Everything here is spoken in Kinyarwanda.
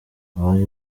abari